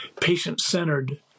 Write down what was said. patient-centered